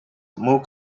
more